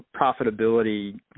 profitability